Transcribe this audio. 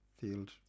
field